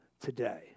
today